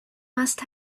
must